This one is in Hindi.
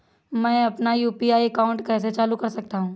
मैं अपना यू.पी.आई अकाउंट कैसे चालू कर सकता हूँ?